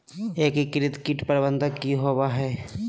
एकीकृत कीट प्रबंधन की होवय हैय?